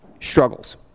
struggles